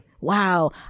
Wow